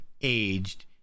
aged